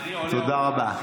תודה רבה.